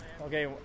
okay